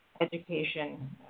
education